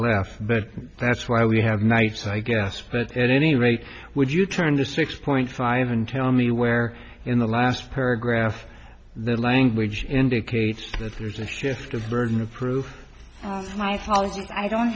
left but that's why we have nights i guess but at any rate would you turn to six point five and tell me where in the last paragraph the language indicates that there's a shift of burden of proof